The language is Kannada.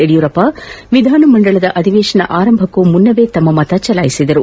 ಯಡಿಯೂರಪ್ಪ ವಿಧಾನಮಂಡಲದ ಅಧಿವೇಶನ ಆರಂಭಕ್ಕೆ ಮುನ್ನವೇ ತಮ್ಮ ಮತ ಚಲಾಯಿಸಿದರು